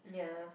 ya